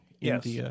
Yes